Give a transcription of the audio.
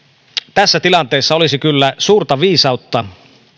tässä tilanteessa olisi kyllä suurta viisautta